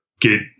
get